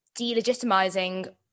delegitimizing